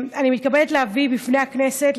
אני מתכבדת להביא בפני הכנסת,